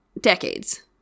decades